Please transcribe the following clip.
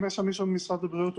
אם יש שם מישהו ממשרד הבריאות,